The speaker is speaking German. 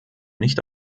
nicht